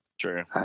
True